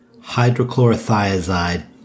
hydrochlorothiazide